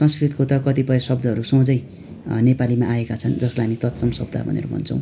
संस्कृतको त कतिपय शब्दहरू सोझै नेपालीमा आएका छन् जसलाई हामी तत्सम शब्द भनेर भन्छौँ